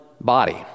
body